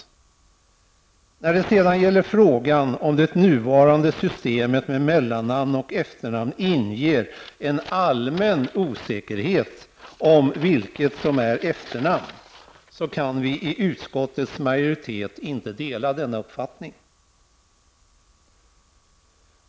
Utskottets majoritet kan vidare inte dela uppfattningen att det nuvarande systemet med mellannamn och efternamn inger en allmän osäkerhet om vilket som är efternamn.